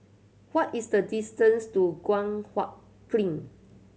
what is the distance to Guan Huat Kiln